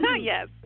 Yes